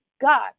God